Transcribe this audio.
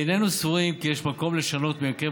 איננו סבורים כי יש מקום לשנות את הרכב